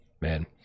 Man